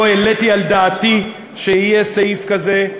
לא העליתי על דעתי שיהיה סעיף כזה.